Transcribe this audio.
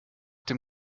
dem